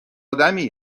آدمی